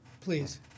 please